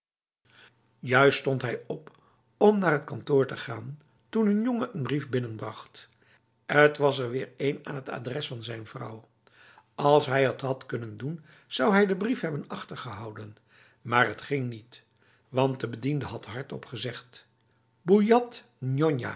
juist stond hij op om naar het kantoor te gaan toen een jongen een brief binnenbracht het was er weer een aan het adres van zijn vrouw als hij het had kunnen doen zou hij de brief hebben achtergehouden maar het ging niet want de bediende had hardop gezegd